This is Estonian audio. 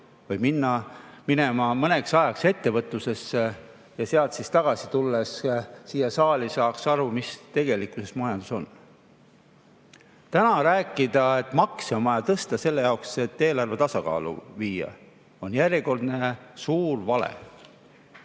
või minema mõneks ajaks ettevõtlusesse ja tulema sealt tagasi siia saali. Siis saaks aru, mis tegelikkuses majandus on. Täna rääkida, et makse on vaja tõsta selle jaoks, et eelarve tasakaalu viia, on järjekordne suur vale.